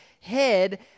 head